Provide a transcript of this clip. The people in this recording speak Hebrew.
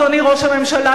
אדוני ראש הממשלה,